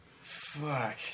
Fuck